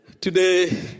Today